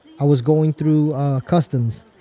i was going through customs.